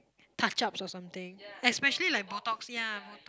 touch ups or something especially like Botox ya Botox